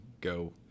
go